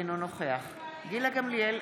אינו נוכח גילה גמליאל,